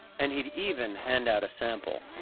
and he'd even hand out a sample.